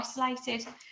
isolated